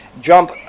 jump